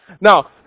Now